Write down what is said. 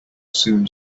soon